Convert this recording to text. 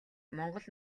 монгол